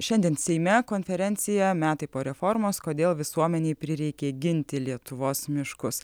šiandien seime konferencija metai po reformos kodėl visuomenei prireikė ginti lietuvos miškus